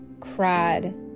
cried